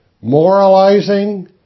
Moralizing